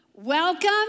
Welcome